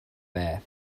bear